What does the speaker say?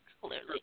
clearly